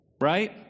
Right